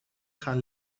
gaan